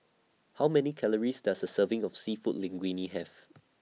How Many Calories Does A Serving of Seafood Linguine Have